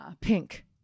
Pink